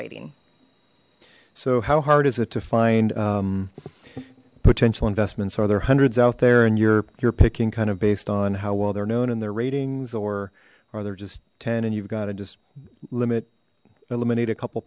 ing so how hard is it to find potential investments are there hundreds out there and you're you're picking kind of based on how well they're known and their ratings or are there just ten and you've got to just limit eliminate a couple